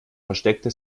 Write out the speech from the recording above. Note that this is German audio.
versteckte